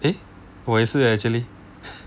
eh 我也是 leh actually